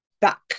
back